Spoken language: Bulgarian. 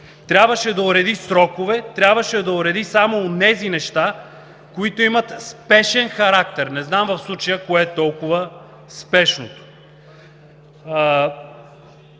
трябваше да уреди срокове, трябваше да уреди само онези неща, които имат спешен характер.“ Не знам в случая кое е толкова спешното.